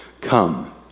come